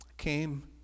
came